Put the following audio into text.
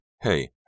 Hey